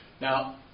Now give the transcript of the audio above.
Now